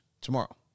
tomorrow